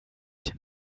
den